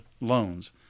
loans